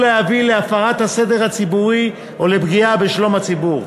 להביא להפרת הסדר הציבורי או לפגיעה בשלום הציבור,